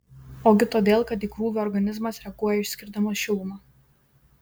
ogi todėl kad į krūvį organizmas reaguoja išskirdamas šilumą